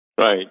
Right